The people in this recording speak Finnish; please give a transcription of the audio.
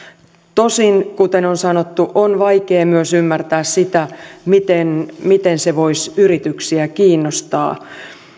tosin kuten on sanottu on vaikeaa ymmärtää myös sitä miten miten se voisi yrityksiä kiinnostaa